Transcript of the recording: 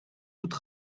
toute